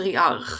פטריארך